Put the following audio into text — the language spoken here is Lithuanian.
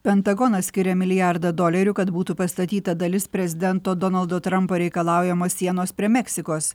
pentagonas skiria milijardą dolerių kad būtų pastatyta dalis prezidento donaldo trampo reikalaujamos sienos prie meksikos